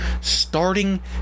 starting